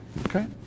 Okay